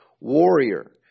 warrior